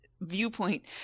viewpoint